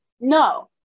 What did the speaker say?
No